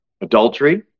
adultery